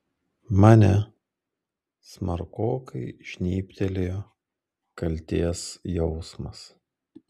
mane smarkokai žnybtelėjo kaltės jausmas